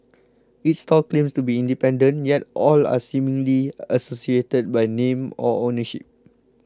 each stall claims to be independent yet all are seemingly associated by name or ownership